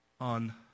on